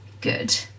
good